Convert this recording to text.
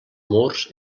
murs